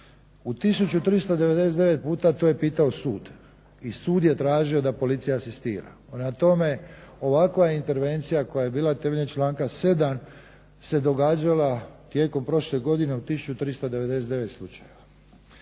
U 1399 puta to je pitao sud i sud je tražio da policija asistira. Prema tome, ovakva intervencija koja je bila temeljem članka 7. se događala tijekom prošle godine u 1399 slučajeva.